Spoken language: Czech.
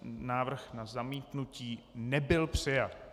Návrh na zamítnutí nebyl přijat.